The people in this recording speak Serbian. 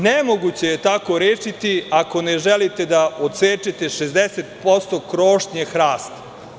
Nemoguće je tako rešiti ako ne želite da odsečete 60% krošnje hrasta.